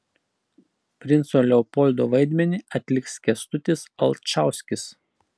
princo leopoldo vaidmenį atliks kęstutis alčauskis